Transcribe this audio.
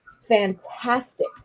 fantastic